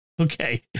Okay